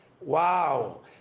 Wow